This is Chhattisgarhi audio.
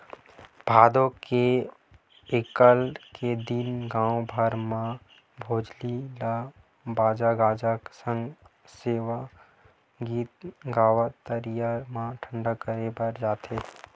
भादो के एकम के दिन गाँव भर म भोजली ल बाजा गाजा सग सेवा गीत गावत तरिया म ठंडा करे बर जाथे